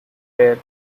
were